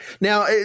Now